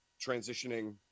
Transitioning